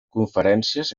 conferències